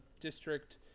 district